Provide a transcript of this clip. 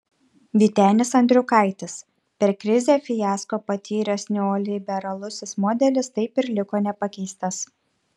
vytenis andriukaitis per krizę fiasko patyręs neoliberalusis modelis taip ir liko nepakeistas